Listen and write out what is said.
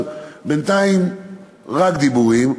אבל בינתיים רק דיבורים.